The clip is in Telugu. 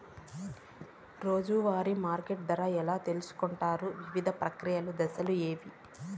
రోజూ వారి మార్కెట్ ధర ఎలా తెలుసుకొంటారు వివిధ ప్రక్రియలు దశలు ఏవి?